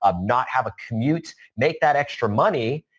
um not have a commute, make that extra money,